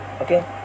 Okay